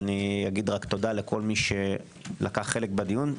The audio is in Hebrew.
אומר תודה לכל מי שלקח חלק בדיון,